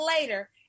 later